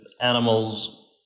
animals